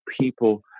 people